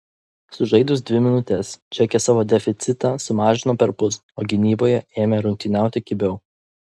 sužaidus dvi minutes čekės savo deficitą sumažino perpus o gynyboje ėmė rungtyniauti kibiau